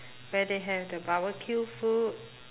where they have the barbecue food